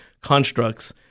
constructs